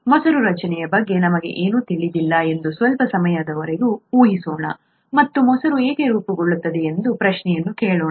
ಮೊಸರು ರಚನೆಯ ಬಗ್ಗೆ ನಮಗೆ ಏನೂ ತಿಳಿದಿಲ್ಲ ಎಂದು ಸ್ವಲ್ಪ ಸಮಯದವರೆಗೆ ಊಹಿಸೋಣ ಮತ್ತು ಮೊಸರು ಏಕೆ ರೂಪುಗೊಳ್ಳುತ್ತದೆ ಎಂಬ ಪ್ರಶ್ನೆಯನ್ನು ಕೇಳೋಣ